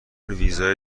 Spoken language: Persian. ویزای